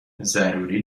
ضروری